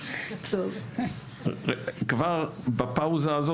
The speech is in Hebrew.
כבר בפאוזה הזו,